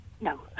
No